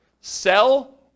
sell